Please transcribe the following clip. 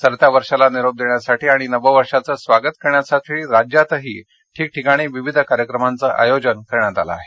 सरत्या वर्षाला निरोप देण्यासाठी आणि नववर्षाचं स्वागत करण्यासाठी राज्यात ठिकठिकाणी विविध कार्यक्रमांचं आयोजन करण्यात आलं आहे